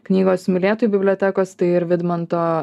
knygos mylėtojų bibliotekos ir vidmanto